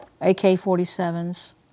AK-47s